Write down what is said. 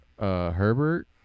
Herbert